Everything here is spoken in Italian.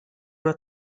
una